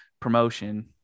promotion